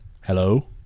hello